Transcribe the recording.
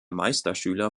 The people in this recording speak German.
meisterschüler